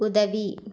உதவி